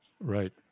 Right